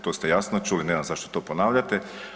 To ste jasno čuli, nemam zašto to ponavljati.